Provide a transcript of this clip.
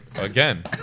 again